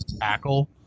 tackle